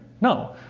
No